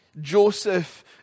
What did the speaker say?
Joseph